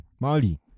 molly